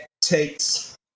takes